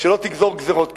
לא תגזור גזירות כאלה.